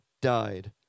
died